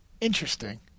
Interesting